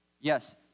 Yes